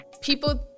People